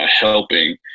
helping